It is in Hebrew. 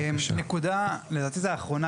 נקודה אחרונה